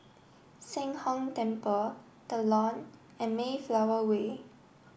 Sheng Hong Temple The Lawn and Mayflower Way